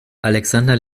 alexander